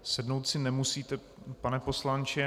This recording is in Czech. Sednout si nemusíte, pane poslanče.